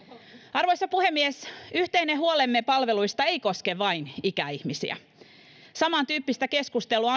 arvoisa puhemies yhteinen huolemme palveluista ei koske vain ikäihmisiä samantyyppistä keskustelua